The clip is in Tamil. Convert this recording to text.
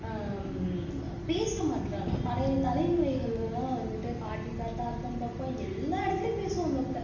பேச மாட்டுறாங்க பழைய தலைமுறைகள் எல்லாம் வந்துட்டு பாட்டி தாத்தா அக்கம் பக்கம் எல்லா இடத்துலையும் பேசும் அந்த பிள்ளை